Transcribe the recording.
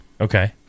Okay